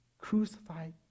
crucified